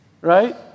Right